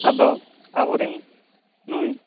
ᱟᱫᱚ ᱟᱵᱚᱨᱮᱱ ᱱᱩᱭ